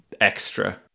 extra